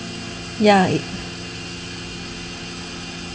ya it